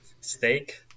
Steak